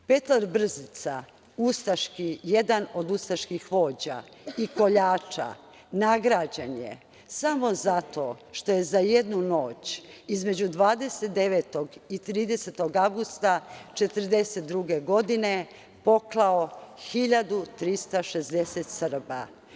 Petar Brzica, jedan od ustaških vođa i koljača, nagrađen je samo zato što je za jednu noć između 29. i 30. avgusta 1942. godine poklao 1.360 Srba.